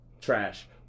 Trash